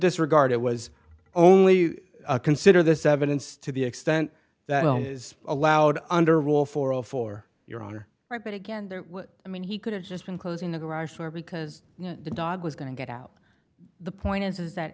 disregard it was only consider this evidence to the extent that is allowed under rule for all for your own right but again i mean he could have just been closing the garage door because the dog was going to get out the point is that